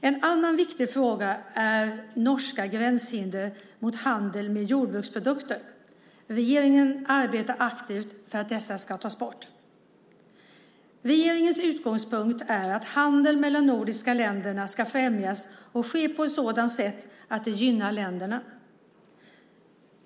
En annan viktig fråga är norska gränshinder mot handel med jordbruksprodukter. Regeringen arbetar aktivt för att dessa ska tas bort. Regeringens utgångspunkt är att handeln mellan de nordiska länderna ska främjas och ske på ett sådant sätt att den gynnar länderna.